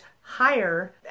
higher